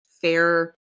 fair